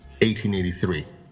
1883